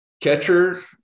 Catcher